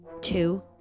Two